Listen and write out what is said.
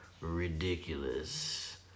ridiculous